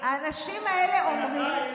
חברת הכנסת סטרוק,